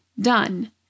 done